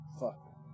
Fuck